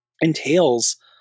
entails